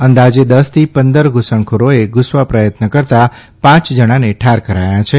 અંદાજે દસથી પંદરપ ધુસણખોરોએ ધુસવા પ્રથત્ન કરતાં પાંચ જણાને ઠાર કરાયા છે